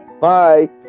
bye